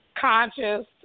Conscious